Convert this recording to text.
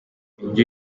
indyo